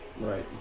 Right